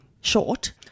short